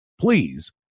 please